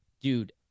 dude